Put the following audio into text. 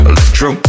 Electro